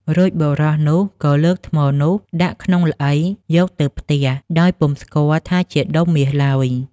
រួចបុរសនោះ ក៏លើកថ្មនោះដាក់ក្នុងល្អី យកទៅផ្ទះ ដោយពុំស្គាល់ថាជាដុំមាសឡើយ ។